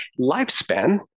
Lifespan